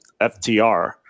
FTR